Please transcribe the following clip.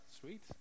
Sweet